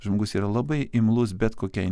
žmogus yra labai imlus bet kokiai